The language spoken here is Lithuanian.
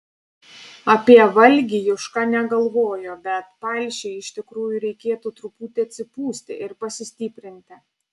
apie valgį juška negalvojo bet palšiui iš tikrųjų reikėtų truputį atsipūsti ir pasistiprinti